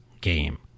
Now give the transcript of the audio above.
game